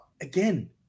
again